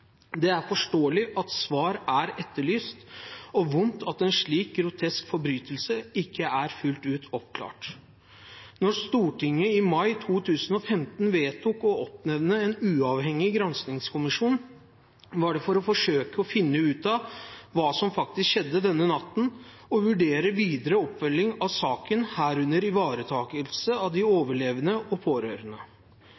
Det er forståelig at svar er etterlyst, og det er vondt at en slik grotesk forbrytelse ikke er fullt ut oppklart. Da Stortinget i mai 2015 vedtok å oppnevne en uavhengig granskningskommisjon, var det for å forsøke å finne ut av hva som faktisk skjedde denne natten og vurdere videre oppfølging av saken, herunder ivaretakelse av de